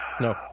No